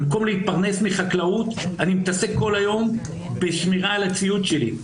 במקום להתפרנס מחקלאות אני מתעסק כל היום בשמירה על הציוד שלי.